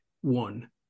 one